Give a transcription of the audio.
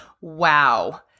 Wow